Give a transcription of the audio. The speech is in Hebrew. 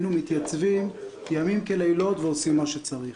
מתייצבים לילות כימים ועושים מה שצריך.